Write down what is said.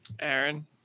Aaron